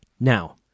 Now